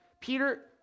Peter